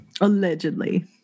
Allegedly